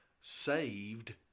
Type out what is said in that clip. saved